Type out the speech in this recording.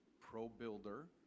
pro-builder